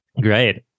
great